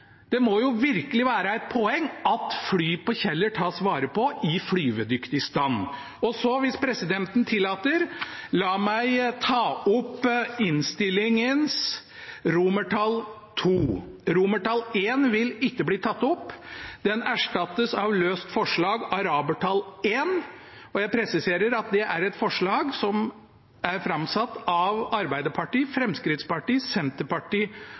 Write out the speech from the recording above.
Det må virkelig være et poeng at fly på Kjeller tas vare på i flyvedyktig stand. Hvis presidenten tillater: La meg anbefale komiteens tilråding II. Komiteens tilråding I vil ikke bli tatt opp til votering. Det erstattes av løst forslag nr. 1. Jeg presiserer at det er et forslag som er framsatt av Arbeiderpartiet, Fremskrittspartiet, Senterpartiet